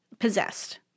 Possessed